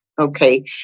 Okay